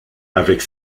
avec